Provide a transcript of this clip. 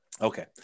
Okay